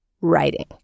writing